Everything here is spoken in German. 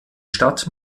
stadt